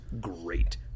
great